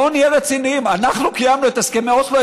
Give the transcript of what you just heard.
בואו נהיה רציניים, אנחנו קיימנו את הסכמי אוסלו?